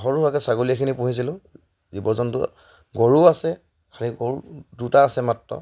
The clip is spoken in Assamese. সৰু আগে ছাগলীখিনি পুহিছিলোঁ জীৱ জন্তু গৰু আছে খালী গৰু দুটা আছে মাত্ৰ